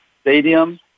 stadium